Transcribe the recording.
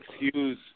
excuse